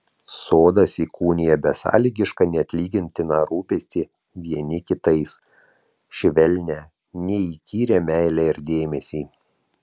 sodas įkūnija besąlygišką neatlygintiną rūpestį vieni kitais švelnią neįkyrią meilę ir dėmesį